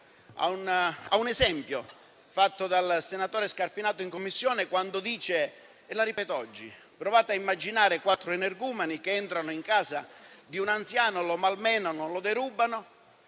a un esempio fatto dal senatore Scarpinato in Commissione, che ripeto oggi: provate a immaginare quattro energumeni che entrano in casa di un anziano, lo malmenano e lo derubano.